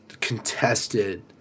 contested